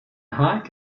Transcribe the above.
haag